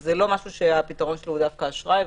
זה לא משהו שהפתרון שלו הוא דווקא אשראי,